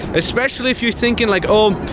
especially if you're thinking like, oh,